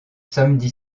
samedi